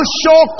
show